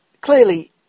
Clearly